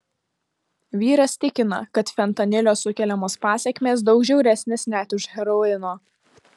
vyras tikina kad fentanilio sukeliamos pasekmės daug žiauresnės net už heroino